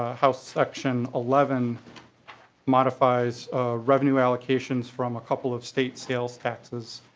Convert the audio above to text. ah how section eleven modifies revenue allocations from a couple of state sales taxes.